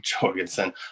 Jorgensen